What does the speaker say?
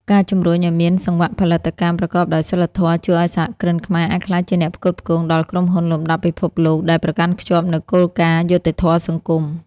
ការជំរុញឱ្យមាន "សង្វាក់ផលិតកម្មប្រកបដោយសីលធម៌" ជួយឱ្យសហគ្រិនខ្មែរអាចក្លាយជាអ្នកផ្គត់ផ្គង់ដល់ក្រុមហ៊ុនលំដាប់ពិភពលោក ដែលប្រកាន់ខ្ជាប់នូវគោលការណ៍យុត្តិធម៌សង្គម។